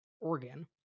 organ